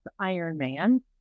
Ironman